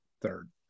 third